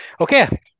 Okay